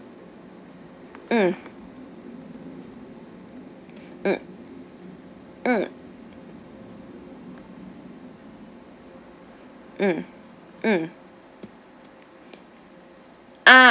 mm mm mm mm mm